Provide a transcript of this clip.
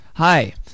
Hi